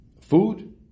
food